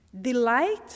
Delight